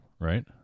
right